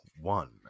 one